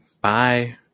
Bye